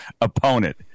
opponent